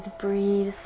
Breathe